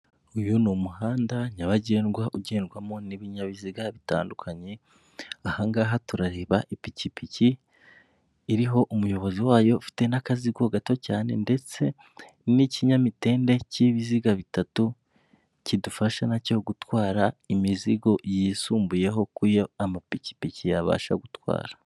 Uyu ni umuhanda nyabagendwa ugendwamo n'ibinyabiziga bitandukanye ahangaha turareba ipikipiki iriho umuyobozi wayo ufite n'akazigo gato cyane ndetse n'ikinyamitende cy'ibiziga bitatu kidufasha nacyo gutwara imizigo yisumbuyeho kuyo amapikipiki yabasha gutwara.